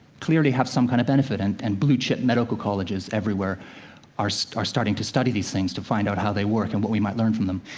clearly have some kind of benefit. and and blue-chip medical colleges everywhere are so are starting to study these things to find out how they work, and what we might learn from them.